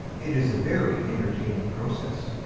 it is a very entertaining process.